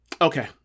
Okay